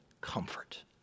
comfort